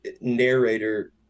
narrator